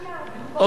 או.